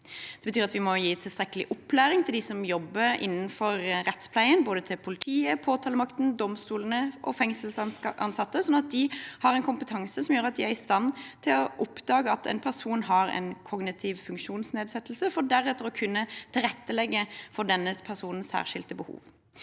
vi må gi tilstrekkelig opplæring til dem som jobber innenfor rettspleien, til både politiet, påtalemakten, domstolene og fengselsansatte, sånn at de har en kompetanse som gjør at de er i stand til å oppdage at en person har en kognitiv funksjonsnedsettelse, for deretter å kunne tilrettelegge for denne personens særskilte behov.